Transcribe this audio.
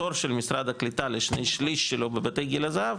התור של משרד הקליטה לשני שליש שלו בבתי גיל הזהב,